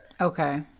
Okay